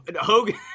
Hogan